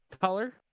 color